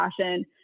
passion